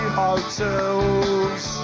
hotels